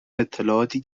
اطلاعاتی